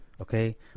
Okay